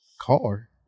car